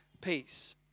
peace